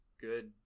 Good